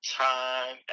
time